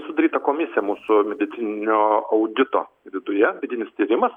sudaryta komisija mūsų medicininio audito viduje vidinis tyrimas